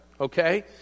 okay